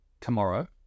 tomorrow